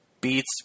beats